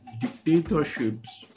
dictatorships